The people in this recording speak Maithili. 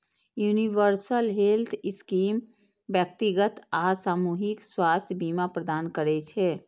यूनिवर्सल हेल्थ स्कीम व्यक्तिगत आ सामूहिक स्वास्थ्य बीमा प्रदान करै छै